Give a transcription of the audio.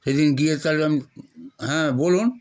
সেদিন গিয়ে তাহলে আমি হ্যাঁ বলুন